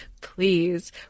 please